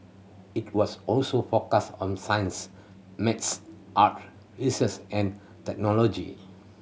it was also focus on science maths art research and technology